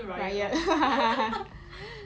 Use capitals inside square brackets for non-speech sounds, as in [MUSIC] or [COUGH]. riot [LAUGHS]